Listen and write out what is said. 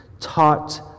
Taught